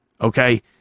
Okay